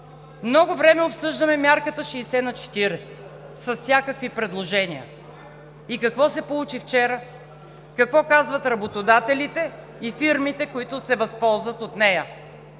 Много време обсъждаме мярката 60/40 с всякакви предложения. И какво се получи вчера, какво казват работодателите и фирмите, които се възползват от нея?